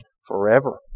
forever